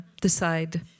decide